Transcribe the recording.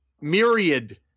myriad